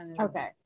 okay